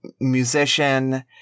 musician